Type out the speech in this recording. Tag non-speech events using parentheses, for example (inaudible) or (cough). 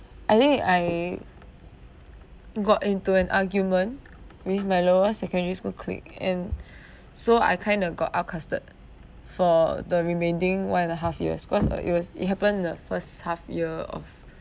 I think I got into an argument with my lower secondary school clique and (breath) so I kind of got outcasted for the remaining one and a half years cause uh it was it happened in the first half year of